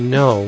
no